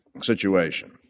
situation